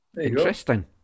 Interesting